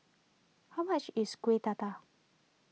how much is Kueh Dadar